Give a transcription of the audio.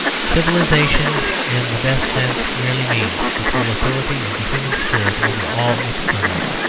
civilisation in the best sense merely means the full authority of the human spirit over all externals.